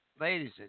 ladies